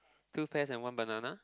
two pears and one banana